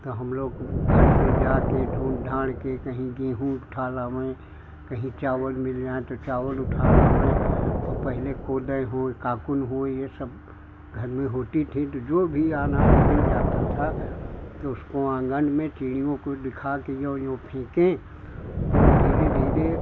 तो हम लोग घर से जाकर ढूँढ ढाँड़ कर कहीं गेहूँ उठा लाए कहीं चावल मिल जाए तो चावल उठा लाए और पहले कूदै होए काकुन होए यह सब घर में होती थी तो जो भी आनाज मिल जाता था तो उसको आँगन में चिड़ियों को दिखा कर यों यों फेकें तो धीरे धीरे